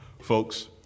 Folks